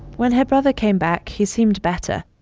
when her brother came back, he seemed better.